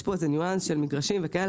יש פה ניואנס של מגרשים וכדומה,